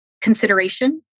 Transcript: consideration